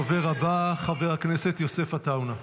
הדובר הבא, חבר הכנסת יוסף עטאונה.